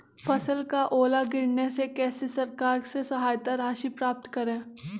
फसल का ओला गिरने से कैसे सरकार से सहायता राशि प्राप्त करें?